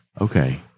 Okay